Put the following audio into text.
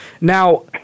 Now